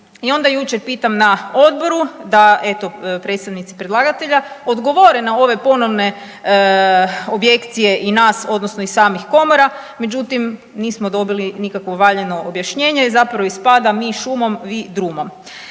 I onda jučer pitam na odboru, da eto, predstavnici predlagatelja odgovore na ove ponovne objekcije i nas odnosno i samih komora, međutim, nismo dobili nikakvo valjano objašnjenje. Zapravo ispada mi šumom, vi drumom.